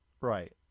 right